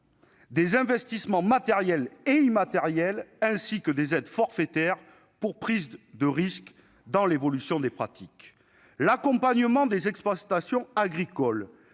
des investissements matériels et immatériels ainsi que des aides forfaitaires pour prise de risque dans l'évolution des pratiques. L'accompagnement des exploitations agricoles